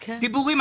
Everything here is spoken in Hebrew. דיבורים,